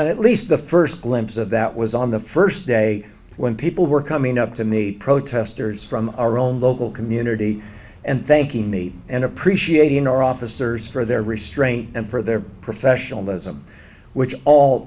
at least the first glimpse of that was on the first day when people were coming up to me protesters from our own local community and thanking me and appreciating our officers for their restraint and for their professionalism which all